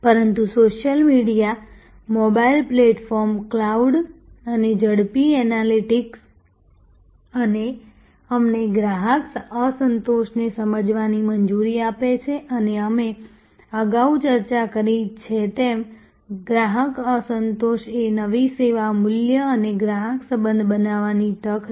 પરંતુ social media mobile platform cloud અને ઝડપી એનાલિટિક્સ અમને ગ્રાહક અસંતોષને સમજવાની મંજૂરી આપે છે અને અમે અગાઉ ચર્ચા કરી છે તેમ ગ્રાહક અસંતોષ એ નવી સેવા મૂલ્ય અને ગ્રાહક સંબંધ બનાવવાની તક છે